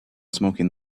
smoking